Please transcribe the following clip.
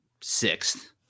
sixth